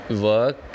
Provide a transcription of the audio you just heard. ...work